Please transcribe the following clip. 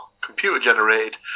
computer-generated